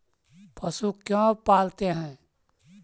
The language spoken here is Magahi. पशु क्यों पालते हैं?